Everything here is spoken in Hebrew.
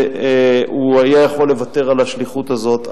הוא היה יכול לוותר על השליחות הזאת,